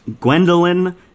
Gwendolyn